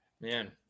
Man